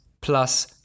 plus